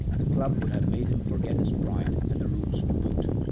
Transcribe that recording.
the club would have made him forget his pride and the rules to boot.